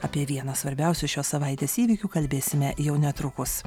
apie vieną svarbiausių šios savaitės įvykių kalbėsime jau netrukus